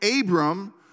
Abram